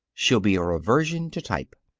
she'll be a reversion to type.